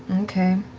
okay.